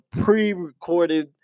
pre-recorded